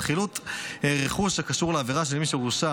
על חילוט רכוש הקשור לעבירה של מי שהורשע